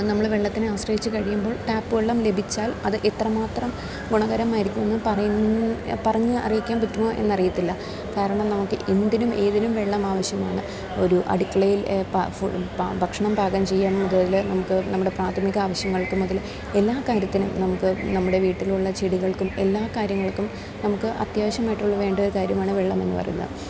നമ്മൾ വെള്ളത്തിനെ ആശ്രയിച്ച് കഴിയുമ്പോൾ ടാപ്പ് വെള്ളം ലഭിച്ചാൽ അത് എത്രമാത്രം ഗുണകരമായിരിക്കുമെന്ന് പറഞ്ഞ് അറിയിക്കാൻ പറ്റുമോ എന്നറിയത്തില്ല കാരണം നമുക്ക് എന്തിനും ഏതിനും വെള്ളം ആവശ്യമാണ് ഒരു അടുക്കളയിൽ ഭക്ഷണം പാകം ചെയ്യാൻ മുതൽ നമുക്ക് നമ്മുടെ പ്രാഥമിക ആവശ്യങ്ങൾക്ക് മുതൽ എല്ലാ കാര്യത്തിനും നമുക്ക് നമ്മുടെ വീട്ടിലുള്ള ചെടികൾക്കും എല്ലാ കാര്യങ്ങൾക്കും നമുക്ക് അത്യാവശ്യമായിട്ടുള്ള വേണ്ടൊരു കാര്യമാണ് വെള്ളമെന്ന് പറയുന്നത്